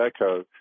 Echo